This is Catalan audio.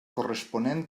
corresponent